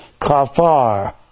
kafar